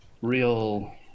real